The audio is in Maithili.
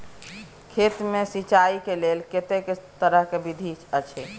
खेत मे सिंचाई के लेल कतेक तरह के विधी अछि?